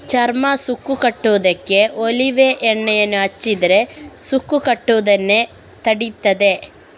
ಚರ್ಮ ಸುಕ್ಕು ಕಟ್ಟುದಕ್ಕೆ ಒಲೀವ್ ಎಣ್ಣೆಯನ್ನ ಹಚ್ಚಿದ್ರೆ ಸುಕ್ಕು ಕಟ್ಟುದನ್ನ ತಡೀತದೆ